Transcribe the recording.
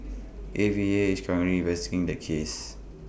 A V A is currently investing the case